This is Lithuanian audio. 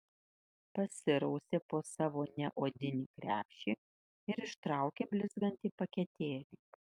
pasirausė po savo neodinį krepšį ir ištraukė blizgantį paketėlį